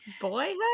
Boyhood